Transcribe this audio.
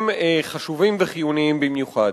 היא חשובה וחיונית במיוחד.